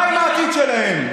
מה עם העתיד שלהם?